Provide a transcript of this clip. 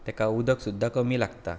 तेका उदक सुद्दां कमी लागतां